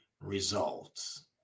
results